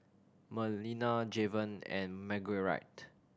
Melina Javen and Marguerite